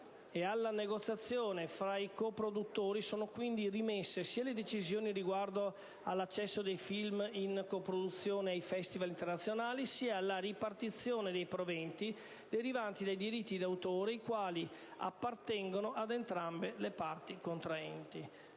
alla negoziazione fra i coproduttori sono quindi rimesse sia le decisioni riguardo all'accesso dei film in coproduzione ai festival internazionali sia la ripartizione dei proventi derivanti dai diritti d'autore, i quali appartengono ad entrambe le parti contraenti.